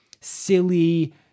silly